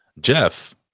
Jeff